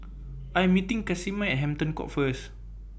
I Am meeting Casimer At Hampton Court First